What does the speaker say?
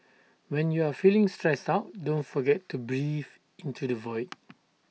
when you are feeling stressed out don't forget to breathe into the void